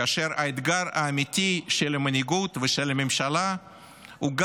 כאשר האתגר האמיתי של המנהיגות ושל הממשלה הוא,